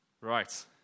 Right